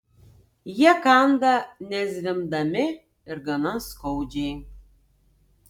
jie kanda nezvimbdami ir gana skaudžiai